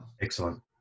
Excellent